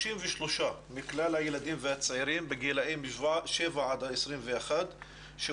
33% מכלל הילדים והצעירים בגילאים שבע עד 21 שאובחנו